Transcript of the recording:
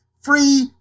Free